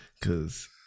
cause